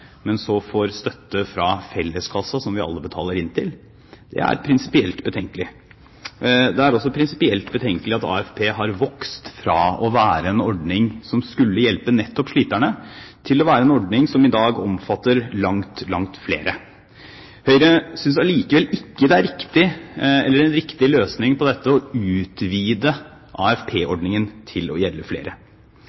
men så får støtte fra felleskassen som vi alle betaler inn til. Det er prinsipielt betenkelig. Det er også prinsipielt betenkelig at AFP har vokst fra å være en ordning som skulle hjelpe nettopp sliterne, til å være en ordning som i dag omfatter langt, langt flere. Høyre synes likevel ikke det er en riktig løsning å utvide AFP-ordningen til å